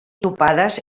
topades